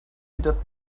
wieder